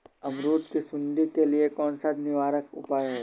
अमरूद की सुंडी के लिए कौन सा निवारक उपाय है?